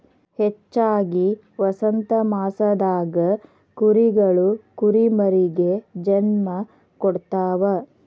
ಹೆಚ್ಚಾಗಿ ವಸಂತಮಾಸದಾಗ ಕುರಿಗಳು ಕುರಿಮರಿಗೆ ಜನ್ಮ ಕೊಡ್ತಾವ